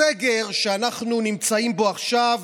הסגר שאנחנו נמצאים בו עכשיו